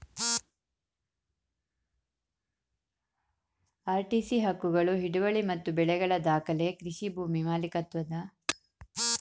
RTC ಹಕ್ಕುಗಳು ಹಿಡುವಳಿ ಮತ್ತು ಬೆಳೆಗಳ ದಾಖಲೆ ಕೃಷಿ ಭೂಮಿ ಮಾಲೀಕತ್ವದ ಹೆಸರು ಮತ್ತು ವ್ಯಾಪ್ತಿ ತೋರಿಸುತ್ತೆ